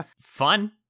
Fun